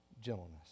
gentleness